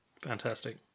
Fantastic